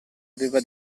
aveva